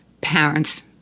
parent's